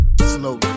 slowly